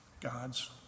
God's